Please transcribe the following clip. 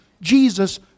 Jesus